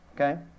Okay